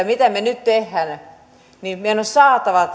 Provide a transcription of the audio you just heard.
mitä me nyt teemme niin meidän on saatava